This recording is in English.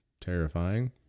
terrifying